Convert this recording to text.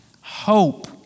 hope